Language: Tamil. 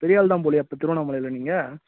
பெரிய ஆள் தான் போலேயே அப்போ திருவண்ணாமலையில் நீங்கள்